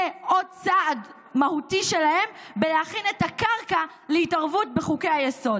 זה עוד צעד מהותי שלהם בלהכין את הקרקע להתערבות בחוקי-היסוד.